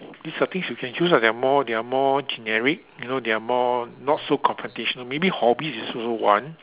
these are things you can choose ah there are more there are more generic you know they are more not so competition maybe hobbies is also one